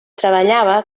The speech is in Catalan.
treballava